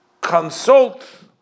consult